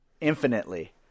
infinitely